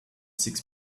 six